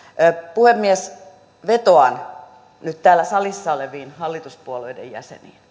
puhemies vetoan nyt täällä salissa oleviin hallituspuolueiden jäseniin